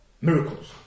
miracles